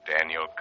Daniel